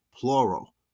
Plural